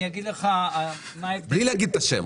אני אגיד לך מה --- בלי להגיד את השם,